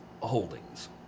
holdings